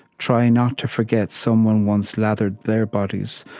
try not to forget someone once lathered their bodies,